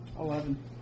Eleven